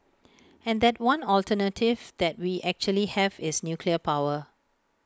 and that one alternative that we actually have is nuclear power